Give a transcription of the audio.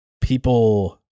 people